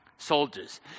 Soldiers